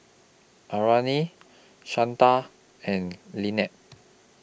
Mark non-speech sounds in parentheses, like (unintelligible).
Arlena Shanta and (unintelligible)